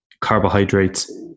carbohydrates